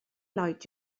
lloyd